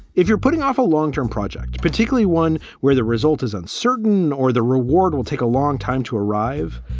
if you're putting off a long term project, particularly one where the result is uncertain or the reward will take a long time to arrive,